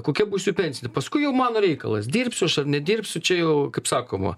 kokia būsiu pensiniam paskui jau mano reikalas dirbsiu aš nedirbsiu čia jau kaip sakoma